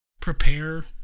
prepare